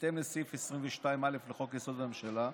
בהתאם לסעיף 22(א) לחוק-יסוד: הממשלה.